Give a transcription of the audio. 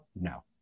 No